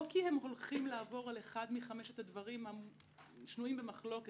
לא כי הם הולכים לעבור על אחד מחמשת הדברים השנויים במחלוקת,